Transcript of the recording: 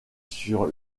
sur